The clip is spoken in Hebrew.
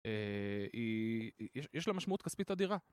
יש לה משמעות כספית אדירה.